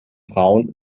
frauen